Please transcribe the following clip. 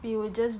we will just